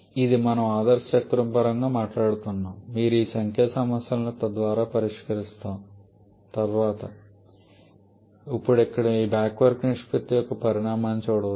ఇది మనము ఆదర్శ చక్రం పరంగా మాట్లాడుతున్నాము మీరు ఈ సంఖ్యా సమస్యలను తర్వాత పరిష్కరిస్తాము ఇక్కడ మీరు ఈ బ్యాక్ వర్క్ నిష్పత్తి యొక్క పరిమాణాన్ని చూడవచ్చు